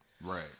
Right